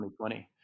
2020